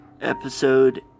episode